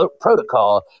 protocol